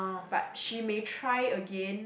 but she may try it again